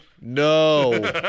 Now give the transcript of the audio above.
No